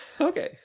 Okay